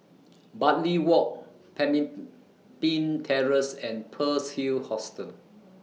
Bartley Walk Pemimpin Terrace and Pearl's Hill Hostel